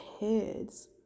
heads